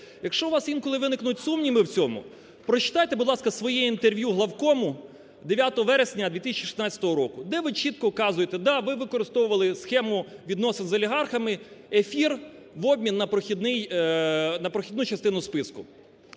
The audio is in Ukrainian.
Якщо у вас інколи виникнуть сумніви в цьому, прочитайте, будь ласка, своє інтерв'ю "Главкому" 9 вересня 2016 року, де ви чітко вказуєте: да, ви використовували схему відносин з олігархами, ефір в обмін на прохідну частину списку.